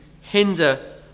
hinder